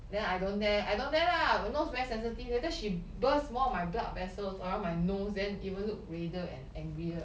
then I don't dare I don't dare lah my nose very sensitive later she burst more of my blood vessels around my nose then even look redder and angrier